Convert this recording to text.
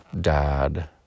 dad